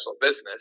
business